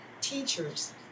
teachers